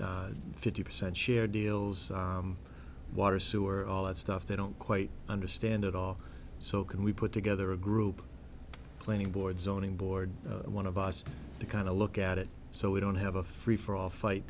fifty percent share deals water sewer all that stuff they don't quite understand at all so can we put together a group planning board zoning board one of us to kind of look at it so we don't have a free for all fight